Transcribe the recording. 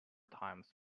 times